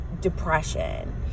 depression